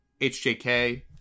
HJK